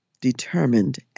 determined